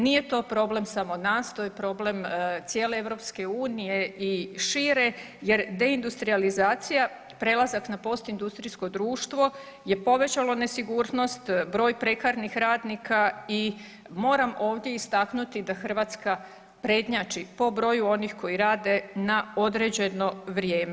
Nije to problem samo nas to je problem cijele EU i šire jer deindustrijalizacija prelazak na postindustrijsko društvo je povećalo nesigurnost, broj prekarnih radnika i moram ovdje istaknuti da Hrvatska prednjači po broju onih koji rade na određeno vrijeme.